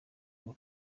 ngo